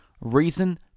Reason